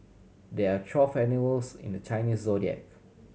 there are twelve animals in the Chinese Zodiac